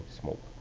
smoke